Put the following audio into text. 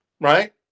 right